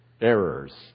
errors